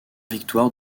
victoire